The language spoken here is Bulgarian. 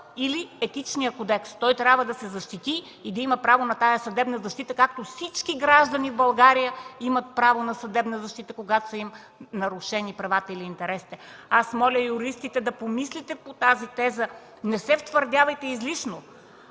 или Етичния кодекс. Той трябва да се защити и да има право на тази съдебна защита, както всички граждани в България имат право на съдебна защита, когато са им нарушени правата или интересите. Аз моля юристите – да помислите по тази теза. Не се втвърдявайте излишно!